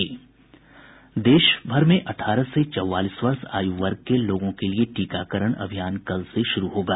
देशभर में अठारह से चौवालीस वर्ष आयु वर्ग के लोगों के लिए टीकाकरण अभियान कल से शुरू होगा